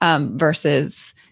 versus